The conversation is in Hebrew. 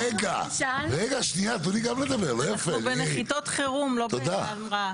אנחנו לא מדברים על מנחתים,